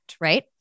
Right